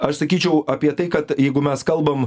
aš sakyčiau apie tai kad jeigu mes kalbam